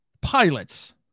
pilots